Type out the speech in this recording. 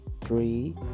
three